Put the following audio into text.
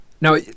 now